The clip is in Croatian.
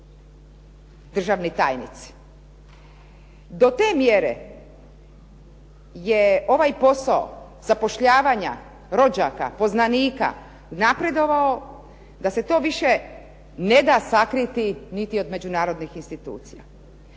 Do te mjere je ovaj posao zapošljavanja rođaka, poznanika napredovao da se to više ne da sakriti niti od međunarodnih institucija.